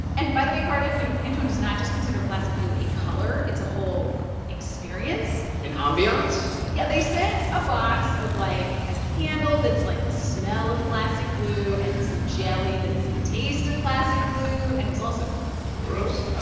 and by the way, cardiff, you know, pantone does not just consider classic blue a color it's a whole experience an ambience? yeah, they sent a box of, like, a candle that's, like, the smell of classic blue and some jelly that's the taste of classic blue and was also blue.